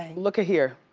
look at here.